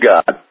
God